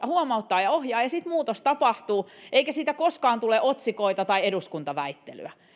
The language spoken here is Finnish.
huomauttaa ja ohjaa ja sitten muutos tapahtuu eikä siitä koskaan tule otsikoita tai eduskuntaväittelyä